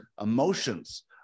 emotions